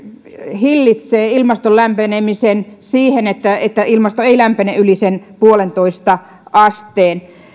hillitsee ilmaston lämpenemisen siihen että että ilmasto ei lämpene yli sen puolentoista asteen